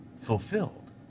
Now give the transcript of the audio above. fulfilled